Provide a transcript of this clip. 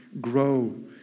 grow